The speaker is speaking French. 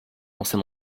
ancien